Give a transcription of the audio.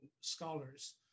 scholars